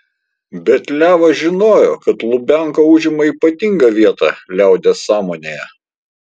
bet levas žinojo kad lubianka užima ypatingą vietą liaudies sąmonėje